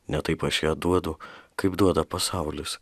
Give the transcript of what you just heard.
ne taip aš ją duodu kaip duoda pasaulis